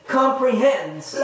comprehends